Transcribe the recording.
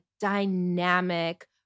dynamic